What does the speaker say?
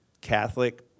Catholic